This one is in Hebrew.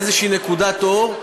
איזושהי נקודת אור,